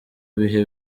bihe